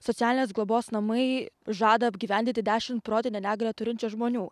socialinės globos namai žada apgyvendinti dešimt protinę negalią turinčių žmonių